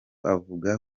avuga